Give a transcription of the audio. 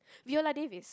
we are like Davis